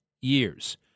years